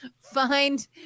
find